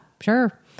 sure